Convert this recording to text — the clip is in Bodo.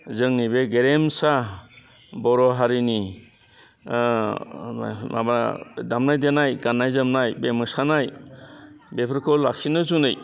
जोंनि बे गेरेमसा बर' हारिनि माबा दामनाय देनाय गान्नाय जोमनाय बे मोसानाय बेफोरखौ लाखिनो जुनै